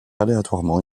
aléatoirement